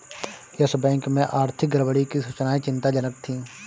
yes Bank में आर्थिक गड़बड़ी की सूचनाएं चिंताजनक थी